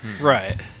Right